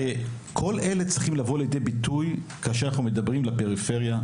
כלא אלה צריכים לבוא לידי ביטוי כאשר אנחנו מדברים לפריפריה,